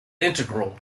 integral